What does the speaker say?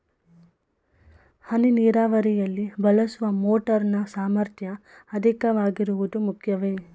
ಹನಿ ನೀರಾವರಿಯಲ್ಲಿ ಬಳಸುವ ಮೋಟಾರ್ ನ ಸಾಮರ್ಥ್ಯ ಅಧಿಕವಾಗಿರುವುದು ಮುಖ್ಯವೇ?